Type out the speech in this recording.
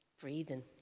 breathing